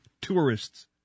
tourists